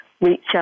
reach